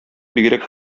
бигрәк